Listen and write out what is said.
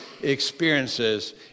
experiences